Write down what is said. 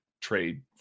trade